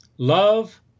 Love